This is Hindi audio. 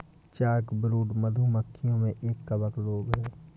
चॉकब्रूड, मधु मक्खियों का एक कवक रोग है